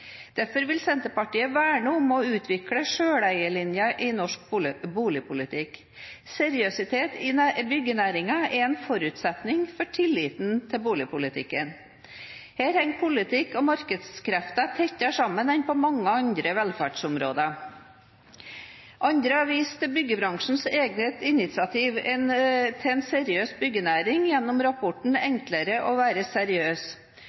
Derfor vil Senterpartiet verne om å utvikle selveierlinjen i norsk boligpolitikk. Seriøsitet i byggenæringen er en forutsetning for tilliten til boligpolitikken. Her henger politikk og markedskrefter tettere sammen enn på mange andre velferdsområder. Andre har vist til byggebransjens egne initiativ til en seriøs byggenæring gjennom rapporten Enkelt å være seriøs,